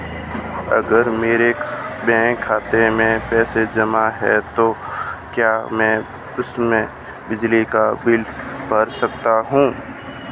अगर मेरे बैंक खाते में पैसे जमा है तो क्या मैं उसे बिजली का बिल भर सकता हूं?